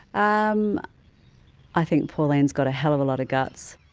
um i think pauline has got a hell of a lot of guts.